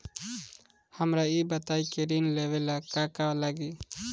हमरा ई बताई की ऋण लेवे ला का का लागी?